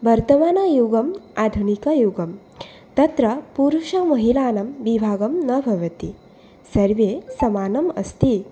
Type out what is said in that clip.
वर्तमानयुगम् आधुनिकयुगं तत्र पुरुषमहिलानां विभागः न भवति सर्वे समानम् अस्ति